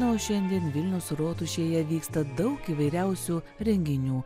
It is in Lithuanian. o šiandien vilniaus rotušėje vyksta daug įvairiausių renginių